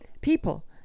People